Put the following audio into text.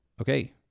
Okay